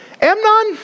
Amnon